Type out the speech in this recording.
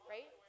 Right